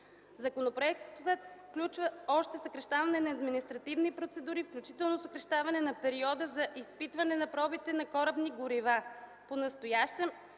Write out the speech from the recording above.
Законопроектът включва още съкращаване на административни процедури, включително съкращаване на периода за изпитване на пробите на корабни горива.